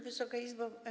Wysoka Izbo!